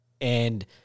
And-